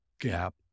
gap